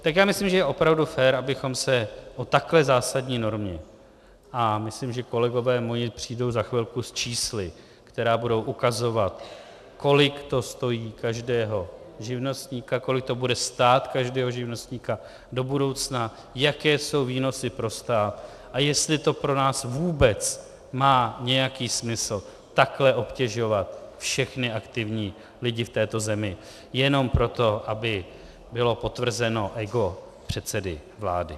Takže já myslím, že je opravdu fér, abychom se o takhle zásadní normě a myslím, že moji kolegové přijdou za chvilku s čísly, která budou ukazovat, kolik to stojí každého živnostníka, kolik to bude stát každého živnostníka do budoucna, jaké jsou výnosy pro stát a jestli to pro nás vůbec má nějaký smysl takhle obtěžovat všechny aktivní lidi v této zemi jenom proto, aby bylo potvrzeno ego předsedy vlády.